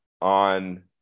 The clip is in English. on